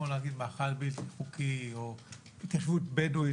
כמו להגיד מאחז בלתי חוקי או התיישבות בדואית,